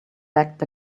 backed